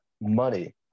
money